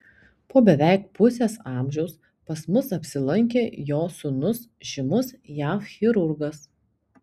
po beveik pusės amžiaus pas mus apsilankė jo sūnus žymus jav chirurgas